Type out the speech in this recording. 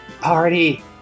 Party